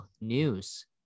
news